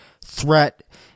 threat